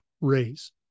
Raise